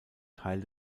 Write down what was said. teil